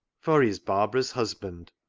for he is barbara's husband.